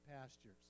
pastures